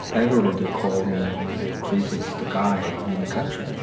everyone call me the craziest guy in the country.